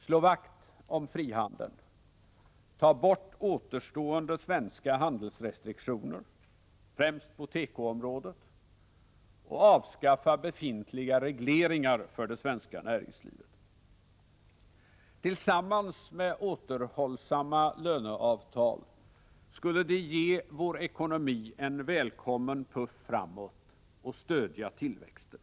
Slå vakt om frihandeln, ta bort återstående svenska handelsrestriktioner, främst på tekoområdet, och avskaffa befintliga regleringar för det svenska näringslivet! Tillsammans med återhållsamma löneavtal skulle det ge vår ekonomi en välkommen puff framåt och stödja tillväxten.